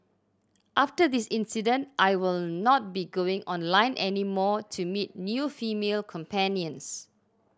after this incident I will not be going online any more to meet new female companions